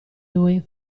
lui